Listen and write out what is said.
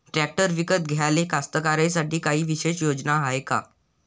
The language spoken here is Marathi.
ट्रॅक्टर विकत घ्याले कास्तकाराइसाठी कायी विशेष योजना हाय का?